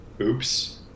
Oops